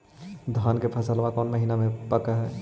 धान के फसल कौन महिना मे पक हैं?